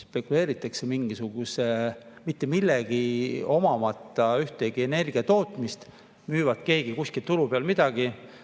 spekuleeritakse mingisuguse mitte millegagi, ühtegi energiatootmist omamata müüb keegi kuskil turu peal midagi.